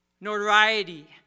notoriety